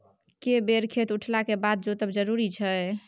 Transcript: के बेर खेत उठला के बाद जोतब जरूरी छै?